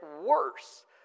worse